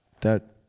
That-